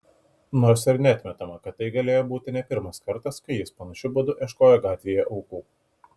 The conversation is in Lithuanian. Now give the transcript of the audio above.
nors ir neatmetama kad tai galėjo būti ne pirmas kartas kai jis panašiu būdu ieškojo gatvėje aukų